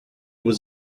was